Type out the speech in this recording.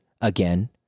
again